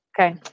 Okay